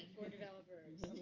developers.